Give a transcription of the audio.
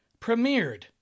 premiered